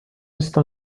está